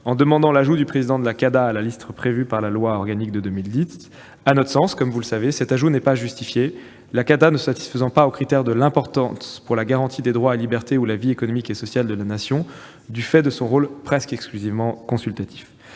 aux documents administratifs (CADA) à la liste prévue dans la loi organique de 2010. À notre sens, cet ajout n'est pas justifié, la CADA ne satisfaisant pas au critère de « l'importance pour la garantie des droits et libertés ou la vie économique et sociale de la Nation », du fait de son rôle presque exclusivement consultatif.